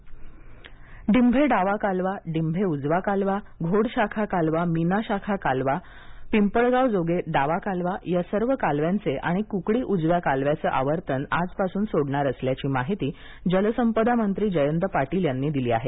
ककडी वाशीम डिंभे डावा कालवा डिंभे उजवा कालवा घोड शाखा कालवा मीना शाखा कालवा पिंपळगाव जोगे डावा कालवा या सर्व कालव्यांचे आणि कुकडी उजव्या कालव्याचे आवर्तन आजपासून सोडणार असल्याची माहिती जलसंपदा मंत्री जयंत पाटील यांनी दिली आहे